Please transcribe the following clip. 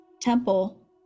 temple